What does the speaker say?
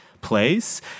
place